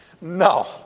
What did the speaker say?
No